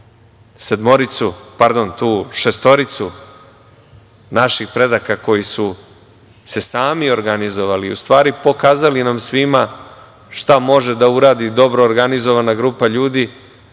Cvetković. Zamislite tu šestoricu naših predaka koji su se sami organizovali, u stvari pokazali nam svima šta može da uradi dobro organizovana grupa ljudi,